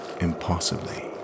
impossibly